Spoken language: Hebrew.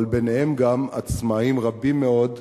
אבל ביניהם גם עצמאים רבים מאוד,